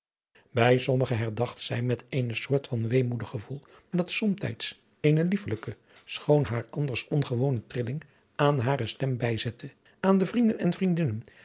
bij sommige herdacht zij met eene soort van weemoedig gevoel dat somtijds eene liefelijke schoon haar anders ongewone trilling aan hare stem bijzette aan de vrienden en vriendinnen